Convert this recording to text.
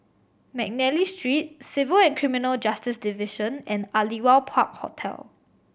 McNally Street Civil and Criminal Justice Division and Aliwal Park Hotel